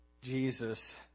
Jesus